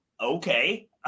Okay